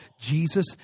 Jesus